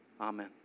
Amen